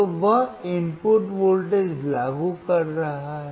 तो वह input voltage लागू कर रहा है